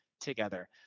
together